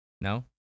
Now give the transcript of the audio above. No